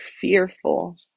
fearful